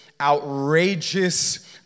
outrageous